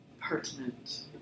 pertinent